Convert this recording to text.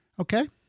Okay